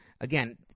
Again